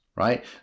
Right